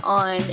on